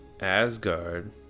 Asgard